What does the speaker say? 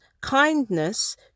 kindness